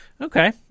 okay